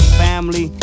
family